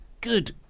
Good